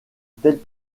telles